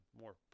more